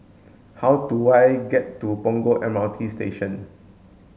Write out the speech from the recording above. how do I get to Punggol M R T Station